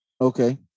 Okay